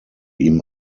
ihm